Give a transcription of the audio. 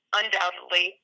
undoubtedly